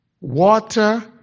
water